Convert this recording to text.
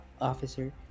officer